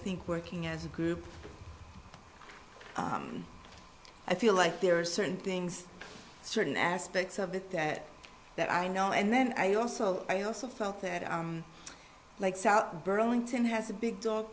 think working as a group i feel like there are certain things certain aspects of it that that i know and then i also i also felt like south burlington has a big dog